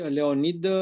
Leonid